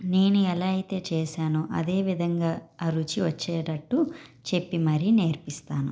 నేను ఎలా అయితే చేసానో అదే విధంగా ఆ రుచి వచ్చేటట్టు చెప్పి మరి నేర్పిస్తాను